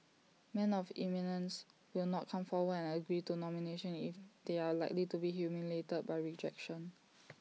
men of eminence will not come forward and agree to nomination if they are likely to be humiliated by rejection